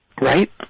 Right